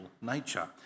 nature